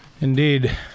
Indeed